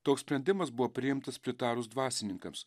toks sprendimas buvo priimtas pritarus dvasininkams